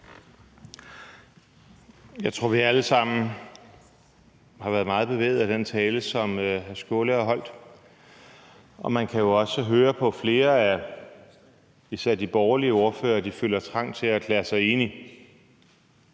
Jeg tror, at vi alle sammen har været meget bevæget af den tale, som hr. Sjúrður Skaale har holdt, og man kan jo også høre på flere af især de borgerlige ordførere, at de føler trang til at erklære sig enige.